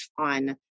on